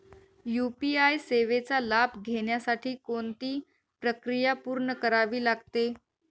UPI सेवेचा लाभ घेण्यासाठी कोणती प्रक्रिया पूर्ण करावी लागते?